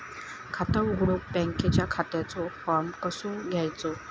खाता उघडुक बँकेच्या खात्याचो फार्म कसो घ्यायचो?